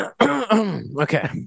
Okay